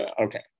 Okay